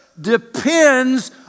depends